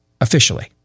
officially